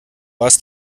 was